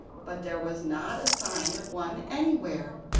but there was not a sign of one anywhere,